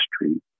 history